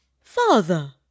Father